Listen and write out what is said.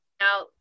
now